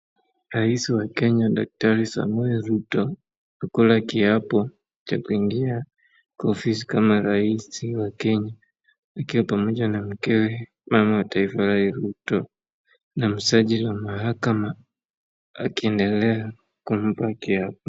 Rais wa Kenya Daktari Samoei Ruto akikula kiapo cha kuingia ofisi kama rais wa Kenya wakiwa pamoja na mkewe mama wa taifa la Rael Ruto na musajili wa mahakama akiendelea kumpa kiapo.